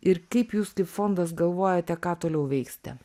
ir kaip jūs kaip fondas galvojate ką toliau veiksite